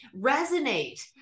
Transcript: resonate